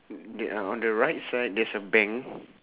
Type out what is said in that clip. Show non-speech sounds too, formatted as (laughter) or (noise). (noise) on the right side there's a bank